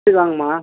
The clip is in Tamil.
சரி வாங்கம்மா